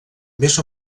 més